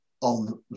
on